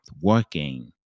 working